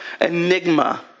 enigma